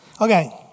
Okay